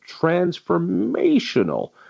transformational